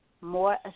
more